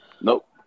Nope